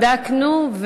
בדקנו,